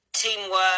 teamwork